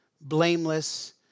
blameless